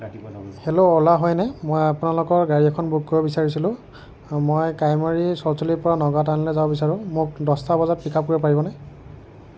hello Ola হয়নে মই আপোনালোকৰ গাড়ী এখন বুক কৰিব বিচাৰিছিলোঁ মই কাৱৈমাৰী চলচলিৰ পৰা নগাঁও টাউনলৈ যাব বিচাৰোঁ মোক দহটা বজাত পিক আপ কৰিব পাৰিবনে